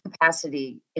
capacity